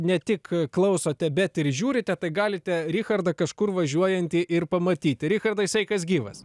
ne tik klausote bet ir žiūrite tai galite richardą kažkur važiuojantį ir pamatyti richardai sveikas gyvas